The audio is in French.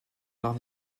par